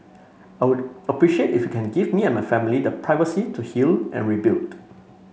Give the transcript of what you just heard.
I would appreciate if you can give me and my family the privacy to heal and rebuild